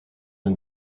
and